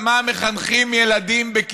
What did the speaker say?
אבל המנטליות של הכובש,